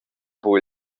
buc